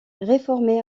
réformé